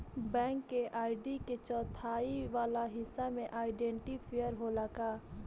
Bank में ID के चौथाई वाला हिस्सा में आइडेंटिफैएर होला का?